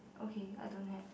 okay I don't have